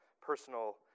personal